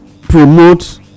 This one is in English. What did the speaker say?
promote